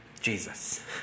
Jesus